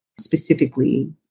specifically